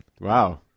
Wow